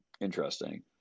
interesting